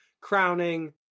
crowning